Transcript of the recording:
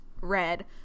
red